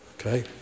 Okay